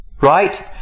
right